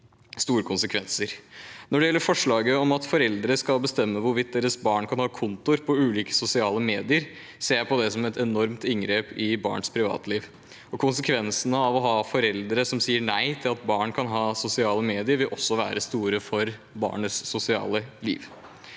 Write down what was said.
store konsekvenser. Når det gjelder forslaget om at foreldre skal bestemme hvorvidt deres barn kan ha konto på ulike sosiale medier, ser jeg det som et enormt inngrep i barns privatliv. Konsekvensen av å ha foreldre som sier nei til at man kan være på sosiale medier, vil også være store for barnets sosiale liv.